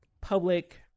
public